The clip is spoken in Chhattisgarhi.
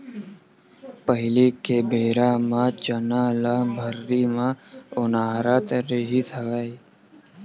पहिली के बेरा म चना ल भर्री म ओनारत रिहिस हवय